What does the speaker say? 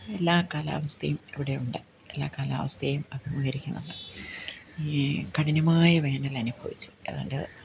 എല്ലാ കാലാവസ്ഥയും ഇവിടെയുണ്ട് എല്ലാ കാലാവസ്ഥയും അഭിമുഖീകരിക്കുന്നുണ്ട് ഈ കഠിനമായ വേനലനുഭവിച്ചു ഏതാണ്ട്